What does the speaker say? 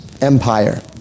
empire